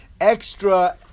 extra